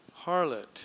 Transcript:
harlot